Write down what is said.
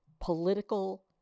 political